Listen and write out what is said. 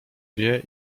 wie